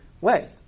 waved